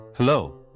Hello